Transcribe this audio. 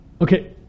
okay